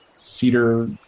cedar